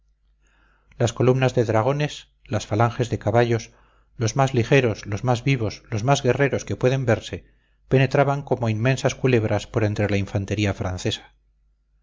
las columnas de dragones las falanges de caballos los más ligeros los más vivos los más guerreros que pueden verse penetraban como inmensas culebras por entre la infantería francesa